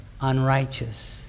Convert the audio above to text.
unrighteous